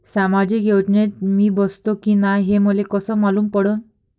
सामाजिक योजनेत मी बसतो की नाय हे मले कस मालूम पडन?